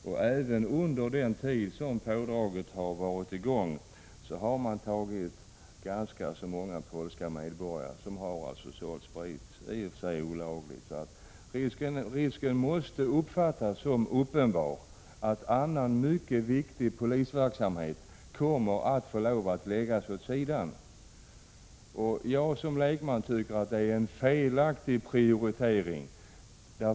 Och även under den tid då pådraget varit i gång har man tagit ganska många polska medborgare som har sålt sprit — i och för sig olagligt — så risken måste betraktas som uppenbar att mycket viktig polisverksamhet får lov att läggas åt sidan. Som lekman tycker jag att det är en felaktig prioritering man gjort.